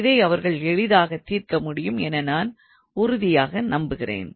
இதை அவர்கள் எளிதாக தீர்க்க முடியும் என நான் உறுதியாக நம்புகிறேன்